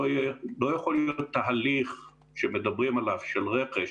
לא יכול להיות תהליך שמדברים עליו של רכש,